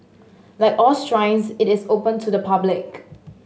like all shrines it is open to the public